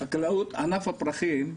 בענף הפרחים בחקלאות,